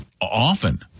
often